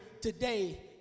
today